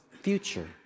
future